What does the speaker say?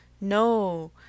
No